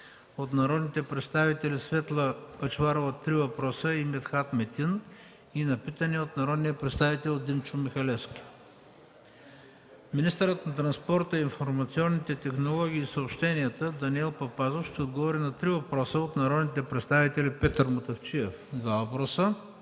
от народните представители Светла Бъчварова – три въпроса, и от Митхат Метин, и на питане от народния представител Димчо Михалевски. Министърът на транспорта, информационните технологии и съобщенията Данаил Папазов ще отговори на три въпроса от народните представители Петър Мутафчиев – два въпроса,